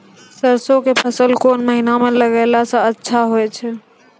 सरसों के फसल कोन महिना म लगैला सऽ अच्छा होय छै?